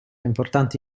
importanti